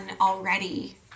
already